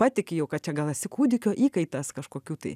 patiki jau kad čia gal esi kūdikio įkaitas kažkokių tai